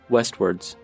Westwards